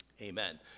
Amen